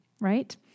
right